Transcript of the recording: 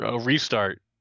restart